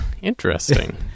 Interesting